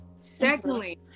Secondly